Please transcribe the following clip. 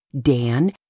Dan